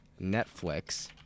Netflix